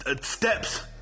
steps